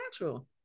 natural